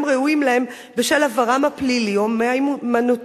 ראויים להם בשל עברם הפלילי או מהימנותם,